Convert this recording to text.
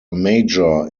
major